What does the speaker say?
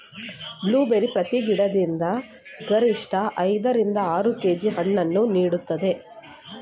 blueberry ಪ್ರತಿ ಗಿಡದಿಂದ ಗರಿಷ್ಠ ಐದ ರಿಂದ ಆರು ಕೆ.ಜಿ ಹಣ್ಣನ್ನು ನೀಡುತ್ತದೆ